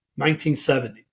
1970